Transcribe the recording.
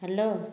hello